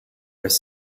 was